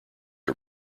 are